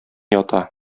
ята